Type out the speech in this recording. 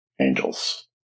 angels